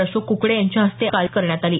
अशोक क्कडे यांच्या हस्ते काल करण्यात आली